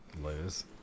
lose